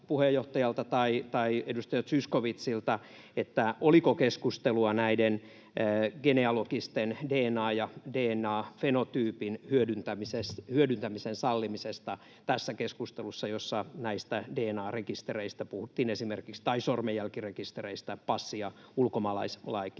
puheenjohtajalta tai edustaja Zyskowiczilta, oliko keskustelua genealogisen dna:n ja dna-fenotyypin hyödyntämisen sallimisesta tässä keskustelussa, jossa puhuttiin esimerkiksi näistä dna-rekistereistä tai sormenjälkirekistereistä passi- ja ulkomaalaisrekistereiden